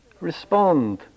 respond